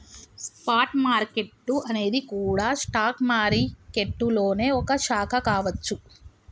spot market అనేది గూడా stock మారికెట్టులోనే ఒక శాఖ కావచ్చు